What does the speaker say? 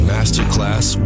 Masterclass